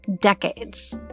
decades